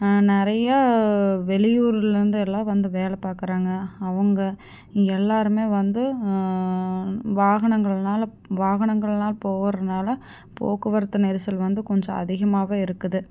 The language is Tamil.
நிறையா வெளியூர்லேந்து எல்லாம் வந்து வேலை பார்க்குறாங்க அவங்க எல்லாரும் வந்து வாகனங்கள்னால் வாகனங்கள்லாம் போகிறனால போக்குவரத்து நெரிசல் வந்து கொஞ்சம் அதிகமாக இருக்குது